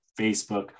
Facebook